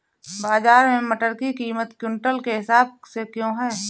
बाजार में मटर की कीमत क्विंटल के हिसाब से क्यो है?